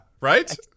right